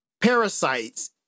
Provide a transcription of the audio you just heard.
parasites